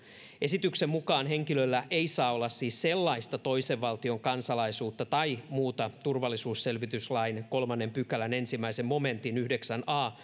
esityksen mukaan henkilöllä ei saa olla siis sellaista toisen valtion kansalaisuutta tai muuta turvallisuusselvityslain kolmannen pykälän ensimmäisen momentin yhdeksän a